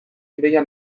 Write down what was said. ideia